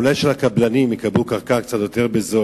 אולי של הקבלנים, יקבלו קרקע יותר בזול.